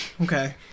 Okay